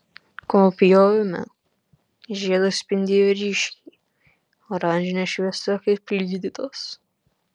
kol pjovėme žiedas spindėjo ryškiai oranžine šviesa kaip lydytas